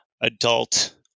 adult